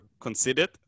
considered